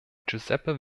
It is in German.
giuseppe